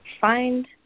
find